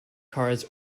cards